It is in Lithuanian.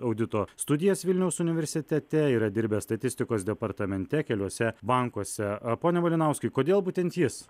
audito studijas vilniaus universitete yra dirbęs statistikos departamente keliuose bankuose a pone malinauskai kodėl būtent jis